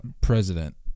President